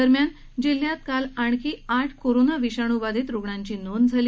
दरम्यान जिल्ह्यात काल आणखी आठ कोरोना विषाणू बाधित रुग्णांची नोंद झाली